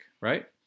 right